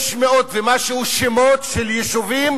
500 ומשהו שמות של יישובים